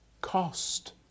cost